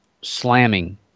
slamming